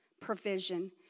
provision